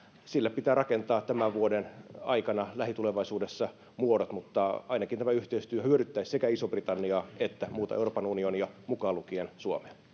sille pitää rakentaa tämän vuoden aikana lähitulevaisuudessa muodot mutta ainakin tämä yhteistyö hyödyttäisi sekä isoa britanniaa että muuta euroopan unionia mukaan lukien suomea